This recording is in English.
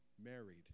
married